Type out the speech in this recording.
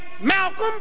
Malcolm